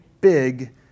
big